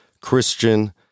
Christian